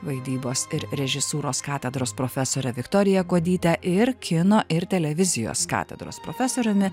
vaidybos ir režisūros katedros profesore viktorija kuodyte ir kino ir televizijos katedros profesoriumi